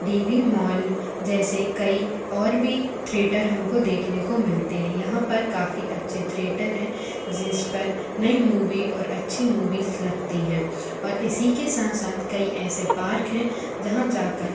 D V mall जैसे कई और भी थ्रेटर हमको देखने को मिलते हैं यहाँ पर काफ़ी अच्छे थ्रेटर हैं जिस पर नई मूवी और अच्छी मूवीज लगती हैं और इसी के साथ साथ कई ऐसे पार्क हैं जहाँ जाकर